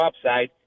upside